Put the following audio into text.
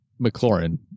McLaurin